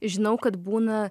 žinau kad būna